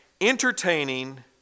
entertaining